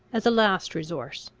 as a last resource,